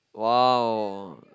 !wow!